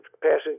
passing